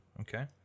okay